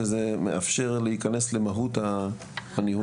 וזה מאפשר להיכנס למהות הניהול.